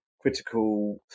critical